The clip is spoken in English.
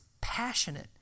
passionate